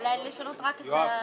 לשנות רק את הנוסח,